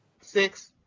six